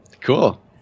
cool